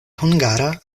hungara